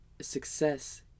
success